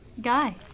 Guy